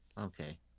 Okay